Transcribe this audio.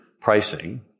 pricing